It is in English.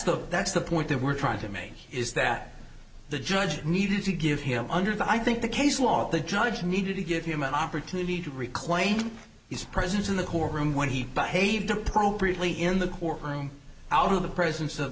the that's the point that we're trying to make is that the judge needed to give him under the i think the case law the judge needed to give him an opportunity to reclaim his presence in the courtroom when he behaved appropriately in the courtroom out of the presence of